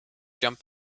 jump